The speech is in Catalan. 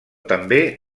també